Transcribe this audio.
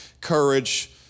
courage